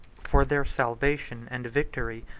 for their salvation and victory,